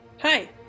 Hi